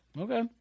Okay